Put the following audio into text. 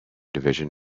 division